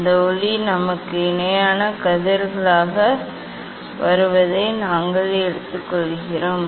அந்த ஒளி நமக்கு இணையான கதிர்களாக வருவதை நாங்கள் எடுத்துக்கொள்கிறோம்